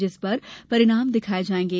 जिस पर परिणाम दिखाए जाएंगे